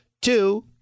Two